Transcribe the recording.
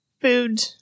food